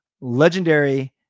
legendary